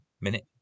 Minute